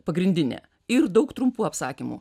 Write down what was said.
pagrindinė ir daug trumpų apsakymų